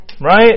Right